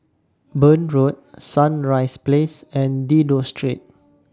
Burn Road Sunrise Place and Dido Street